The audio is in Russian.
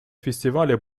фестивале